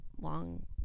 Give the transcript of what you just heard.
long